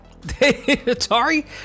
atari